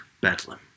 bedlam